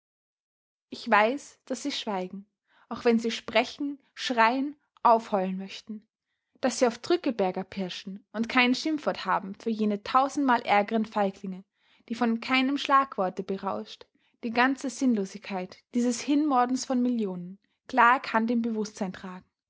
ich weiß daß sie schweigen auch wenn sie sprechen schreien aufheulen möchten daß sie auf drückeberger pirschen und kein schimpfwort haben für jene tausendmal ärgeren feiglinge die von keinem schlagworte berauscht die ganze sinnlosigkeit dieses hinmordens von millionen klar erkannt im bewußtsein tragen